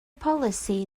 polisi